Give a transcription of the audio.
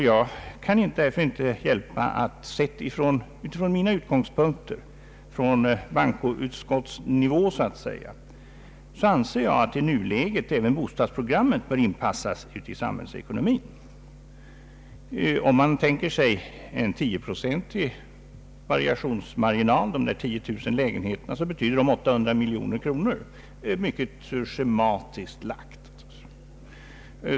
Jag kan därför inte hjälpa att sett från mina utgångspunkter, från bankoutskottsnivå så att säga, bör i nuläget även bostadsprogrammet anpassas till samhällsekonomin. Om man tänker sig en 10-procentig variationsmarginal — alltså de 10000 lägenheterna — så betyder det mycket schematiskt sett 800 miljoner kronor i lån.